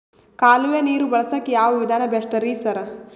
ಕಾಲುವೆ ನೀರು ಬಳಸಕ್ಕ್ ಯಾವ್ ವಿಧಾನ ಬೆಸ್ಟ್ ರಿ ಸರ್?